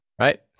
right